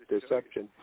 Deception